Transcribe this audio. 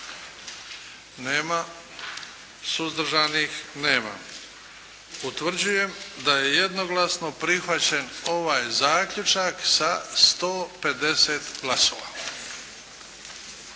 Nema. Suzdržanih? Nema. Utvrđujem da je jednoglasno prihvaćen ovaj zaključak sa 150 glasova.